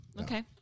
Okay